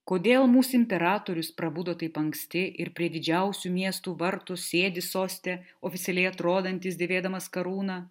kodėl mūsų imperatorius prabudo taip anksti ir prie didžiausių miestų vartų sėdi soste oficialiai atrodantis dėvėdamas karūną